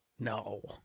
No